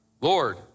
Lord